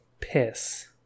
piss